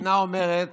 המשנה אומרת,